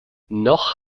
noch